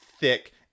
thick